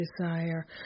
desire